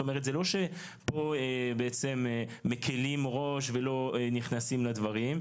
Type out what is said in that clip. זה לא שפה בעצם מקלים ראש ולא נכנסים לדברים.